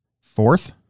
fourth